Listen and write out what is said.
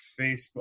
Facebook